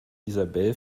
isabel